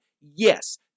yes